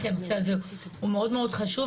כי הנושא הזה הוא מאוד מאוד חשוב,